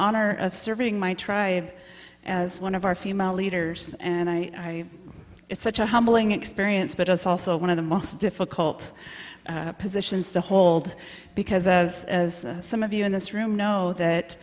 honor of serving my tribe as one of our female leaders and i it's such a humbling experience but it's also one of the most difficult positions to hold because as some of you in this room know that